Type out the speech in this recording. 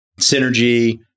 Synergy